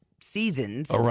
seasons